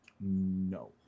No